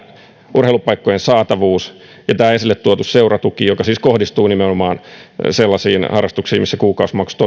urheilupaikkojen saatavuus ja tämä esille tuotu seuratuki joka siis kohdistuu nimenomaan sellaisiin harrastuksiin missä kuukausimaksut